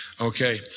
Okay